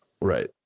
right